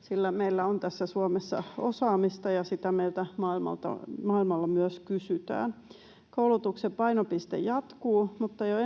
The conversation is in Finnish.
sillä meillä on Suomessa osaamista ja sitä meiltä maailmalla myös kysytään. Koulutuksen painopiste jatkuu, mutta jo